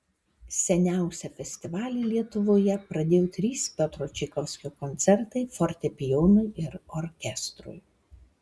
seniausią festivalį lietuvoje pradėjo trys piotro čaikovskio koncertai fortepijonui ir orkestrui